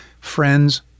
friends